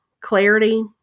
clarity